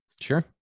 sure